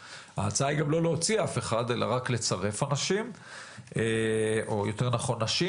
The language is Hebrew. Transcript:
ההצעה היא גם לא להוציא אף אחד אלא רק לצרף אנשים או יותר נכון נשים,